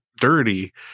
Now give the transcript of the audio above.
dirty